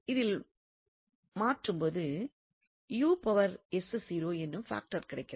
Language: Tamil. இதில் மாற்றும் போது என்னும் பாக்டர் கிடைக்கிறது